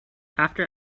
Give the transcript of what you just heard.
after